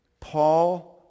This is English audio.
Paul